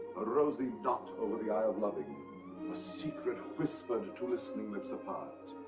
but a rosy dot over the i of loving. a secret whispered to listening lips apart. shh.